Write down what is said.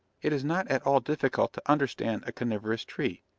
it is not at all difficult to understand a carniverous tree,